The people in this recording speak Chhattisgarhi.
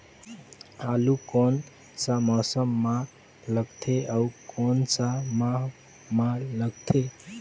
आलू कोन सा मौसम मां लगथे अउ कोन सा माह मां लगथे?